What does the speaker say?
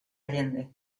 allende